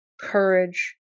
courage